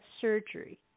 surgery